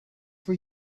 for